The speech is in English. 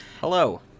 Hello